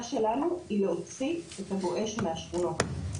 שלנו היא להוציא את ה"בואש" מהשכונות.